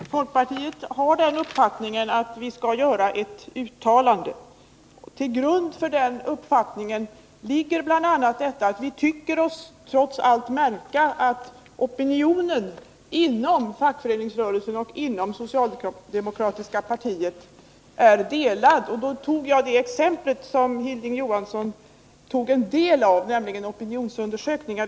Fru talman! Folkpartiet har den uppfattningen att riksdagen skall göra ett uttalande. Vi tycker oss nämligen märka att opinionen inom fackföreningsrörelsen och inom det socialdemokratiska partiet trots allt är splittrad. Jag anförde en del exempel på vad som stöder oss i denna uppfattning, och av de exemplen tog Hilding Johansson upp opinionsundersökningarna.